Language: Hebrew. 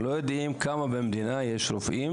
אנחנו לא יודעים כמה במדינה יש רופאים